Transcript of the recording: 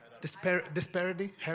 disparity